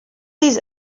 these